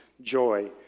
joy